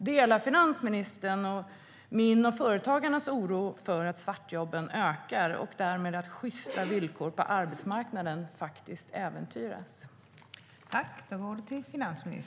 Delar finansministern min och Företagarnas oro för att svartjobben ökar och därmed att sjysta villkor på arbetsmarknaden äventyras?